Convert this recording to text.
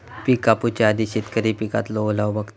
पिक कापूच्या आधी शेतकरी पिकातलो ओलावो बघता